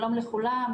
שלום לכולם,